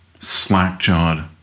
Slack-jawed